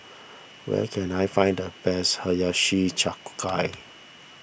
where can I find the best Hiyashi Chuka